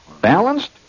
Balanced